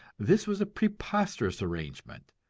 this was a preposterous arrangement.